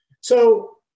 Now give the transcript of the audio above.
So-